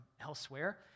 elsewhere